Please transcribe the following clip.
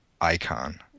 icon